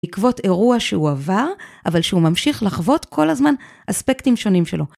עקבות אירוע שהוא עבר, אבל שהוא ממשיך לחוות כל הזמן אספקטים שונים שלו.